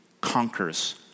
conquers